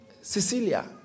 Cecilia